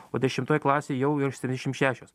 o dešimtoj klasėj jau virš septyniasšim šešios